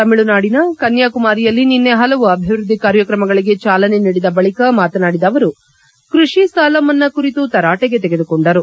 ತಮಿಳುನಾಡಿನ ಕನ್ಯಾಕುಮಾರಿಯಲ್ಲಿ ನಿನ್ನೆ ಪಲವು ಅಭಿವ್ಯದ್ದಿ ಕಾರ್ಯಕ್ರಮಗಳಿಗೆ ಚಾಲನೆ ನೀಡಿದ ಬಳಿಕ ಮಾತನಾಡಿದ ಅವರು ಕೃಷಿ ಸಾಲ ಮನ್ನಾ ಕುರಿತು ತರಾಟಿಗೆ ತೆಗೆದುಕೊಂಡರು